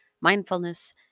mindfulness